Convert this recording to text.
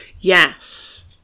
yes